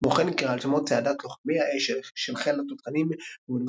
כמו כן נקראה על שמו צעדת "לוחמי האש" של חיל התותחנים ובאוניברסיטת